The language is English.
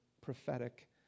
prophetic